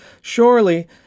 Surely